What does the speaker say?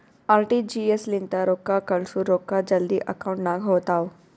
RTGS ಲಿಂತ ರೊಕ್ಕಾ ಕಳ್ಸುರ್ ರೊಕ್ಕಾ ಜಲ್ದಿ ಅಕೌಂಟ್ ನಾಗ್ ಹೋತಾವ್